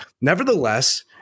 Nevertheless